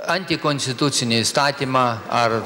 antikonstitucinį įstatymą ar